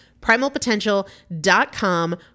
Primalpotential.com